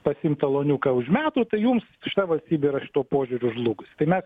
pasiimt taloniuką už metų tai jums šita valstybė yra šituo požiūriu žlugus tai mes